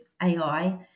AI